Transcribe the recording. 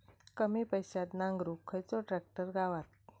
कमी पैशात नांगरुक खयचो ट्रॅक्टर गावात?